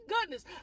goodness